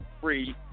free